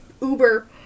Uber